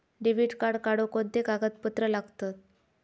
Debit card काढुक कोणते कागदपत्र लागतत?